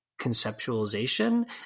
conceptualization